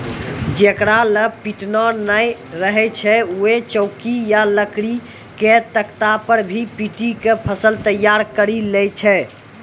जेकरा लॅ पिटना नाय रहै छै वैं चौकी या लकड़ी के तख्ता पर भी पीटी क फसल तैयार करी लै छै